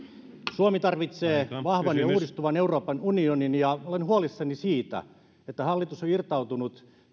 suomi tarvitsee vahvan ja uudistuvan euroopan unionin ja olen huolissani siitä että hallitus on irtautunut